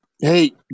hey